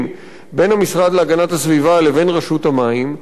בין המשרד להגנת הסביבה לבין רשות המים,